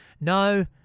No